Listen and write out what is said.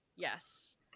Yes